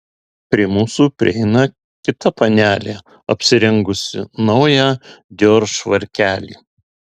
prie mūsų prieina kita panelė apsirengusi naują dior švarkelį